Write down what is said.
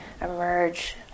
emerge